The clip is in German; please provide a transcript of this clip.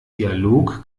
dialog